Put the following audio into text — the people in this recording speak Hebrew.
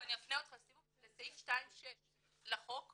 ואני אפנה אותך לסעיף 2.6 לחוק,